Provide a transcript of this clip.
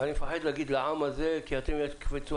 אני מפחד להגיד לעם זה כי אתם תקפצו